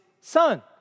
son